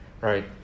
right